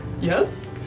Yes